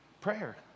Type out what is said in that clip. prayer